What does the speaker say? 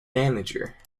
manager